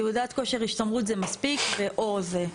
תעודת כושר השתמרות זה מספיק, או זה.